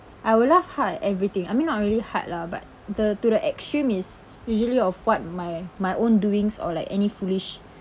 I will laugh hard at everything I mean not really hard lah but the to the extreme is usually of what my my own doings or like any foolish